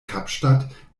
kapstadt